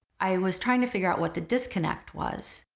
i was trying to figure out what the disconnect was.